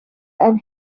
and